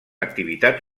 activitat